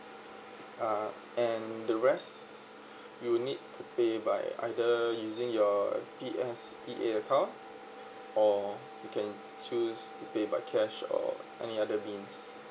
uh and the rest you need to pay by either using your PSEA account or you can choose to pay by cash or any other means